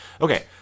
Okay